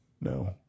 No